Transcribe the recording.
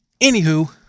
anywho